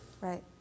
Right